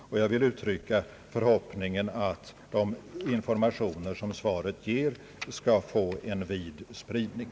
Jag vill uttrycka den förhoppningen att de informationer som svaret ger skall få en vid spridning.